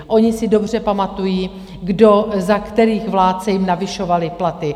Oni si dobře pamatují, kdo, za kterých vlád se jim navyšovaly platy.